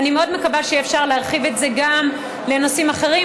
ואני מאוד מקווה שיהיה אפשר להרחיב את זה גם לנושאים אחרים.